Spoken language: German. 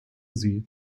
sie